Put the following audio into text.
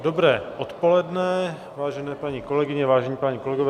Dobré odpoledne, vážené paní kolegyně, vážení páni kolegové.